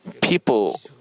people